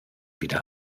wieder